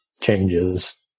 changes